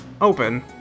Open